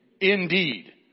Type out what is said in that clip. Indeed